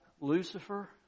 Lucifer